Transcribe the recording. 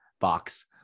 box